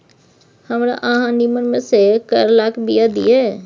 हमरा अहाँ नीमन में से करैलाक बीया दिय?